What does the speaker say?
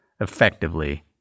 effectively